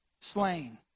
slain